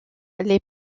les